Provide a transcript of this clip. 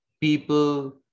people